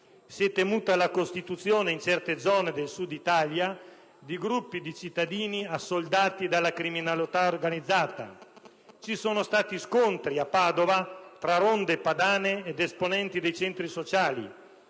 si è temuta la costituzione, in certe zone dell'Italia del Sud, di gruppi di cittadini assoldati dalla criminalità organizzata; ci sono stati scontri a Padova tra ronde padane ed esponenti dei centri sociali;